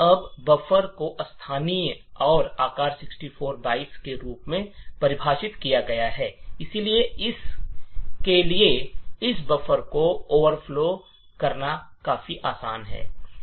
अब बफर को स्थानीय और आकार 64 बाइट के रूप में परिभाषित किया गया है इसलिए एस के लिए इस बफर को ओवरफ्लो करना काफी आसान है